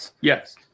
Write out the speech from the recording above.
Yes